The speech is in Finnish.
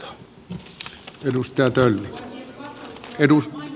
edustaja tölli